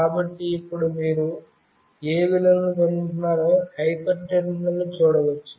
కాబట్టి ఇప్పుడు మీరు ఏ విలువలను పొందుతున్నారో హైపర్ టెర్మినల్లో చూడవచ్చు